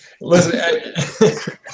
listen